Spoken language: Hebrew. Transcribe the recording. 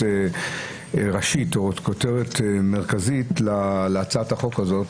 ראשית או כותרת מרכזית להצעת החוק הזאת,